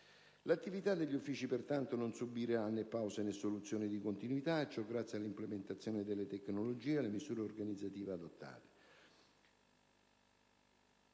L'attività degli uffici, pertanto, non subirà né pause né soluzioni di continuità e ciò grazie all'implementazione delle tecnologie e alle misure organizzative adottate.